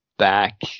back